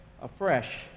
afresh